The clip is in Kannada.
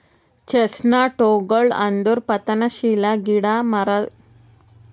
ಚೆಸ್ಟ್ನಟ್ಗೊಳ್ ಅಂದುರ್ ಪತನಶೀಲ ಗಿಡ ಮರಗೊಳ್ದಾಗ್ ಕ್ಯಾಸ್ಟಾನಿಯಾ ಜಾತಿದಾಗ್ ಇರ್ತಾವ್